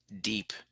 deep